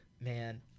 man